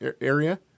area